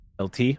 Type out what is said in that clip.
LT